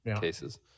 cases